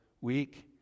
week